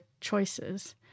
choices